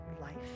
life